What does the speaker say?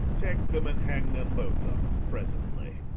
take them and hang them both up presently.